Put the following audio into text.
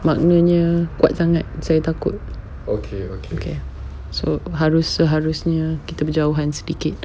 maknanya kuat sangat saya takut okay so harus seharusnya kita berjauhan sedikit